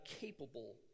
capable